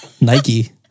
Nike